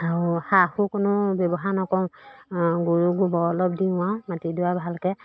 আৰু সাৰো কোনো ব্যৱহাৰ নকৰোঁ গৰু গোবৰ অলপ দিওঁ আৰু মাটিডৰা ভালকৈ